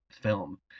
film